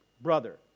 brother